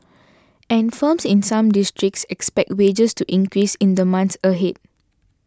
and firms in some districts expect wages to increase in the months ahead